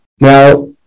now